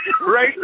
Right